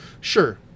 sure